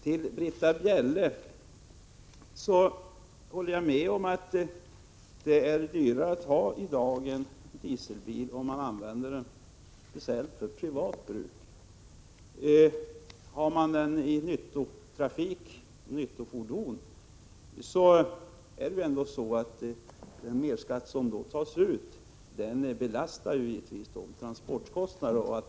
Till Britta Bjelle: Jag håller med om att det är dyrare att i dag ha en dieseldriven bil, om man använder den för privat bruk. Använder man den i nyttotrafik belastar den merskatt som då tas ut givetvis transportkostnaderna.